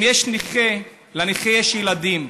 אם יש נכה, לנכה יש ילדים.